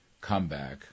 comeback